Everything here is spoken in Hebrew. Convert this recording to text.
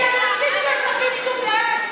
כי הם הרגישו אזרחים סוג ב'.